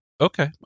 Okay